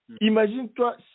Imagine-toi